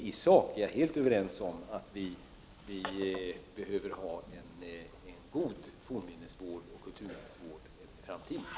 I sak håller jag helt med om att vi behöver ha en god fornminnesoch kulturminnesvård även i framtiden.